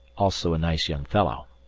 also a nice young fellow.